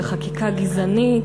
וחקיקה גזענית.